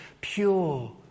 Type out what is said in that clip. Pure